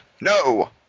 No